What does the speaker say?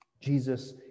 Jesus